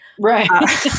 Right